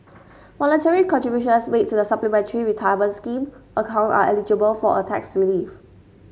voluntary contributions made to the Supplementary Retirement Scheme account are eligible for a tax relief